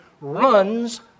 runs